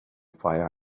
fire